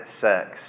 sex